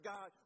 God